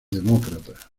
demócrata